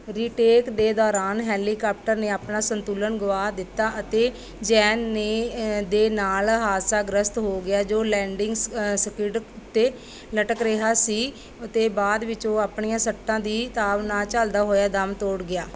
ਰੀ ਟੇਕ ਦੇ ਦੌਰਾਨ ਹੈਲੀਕਾਪਟਰ ਨੇ ਆਪਣਾ ਸੰਤੁਲਨ ਗੁਆ ਦਿੱਤਾ ਅਤੇ ਜੈਅਨ ਨੇ ਦੇ ਨਾਲ ਹਾਦਸਾਗ੍ਰਸਤ ਹੋ ਗਿਆ ਜੋ ਲੈਂਡਿੰਗ ਸਕਿਡ ਉੱਤੇ ਲਟਕ ਰਿਹਾ ਸੀ ਅਤੇ ਬਾਅਦ ਵਿੱਚ ਉਹ ਆਪਣੀਆਂ ਸੱਟਾਂ ਦੀ ਤਾਬ ਨਾ ਝੱਲਦਾ ਹੋਇਆ ਦਮ ਤੋੜ ਗਿਆ